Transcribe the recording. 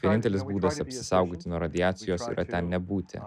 vienintelis būdas apsisaugoti nuo radiacijos ten nebūti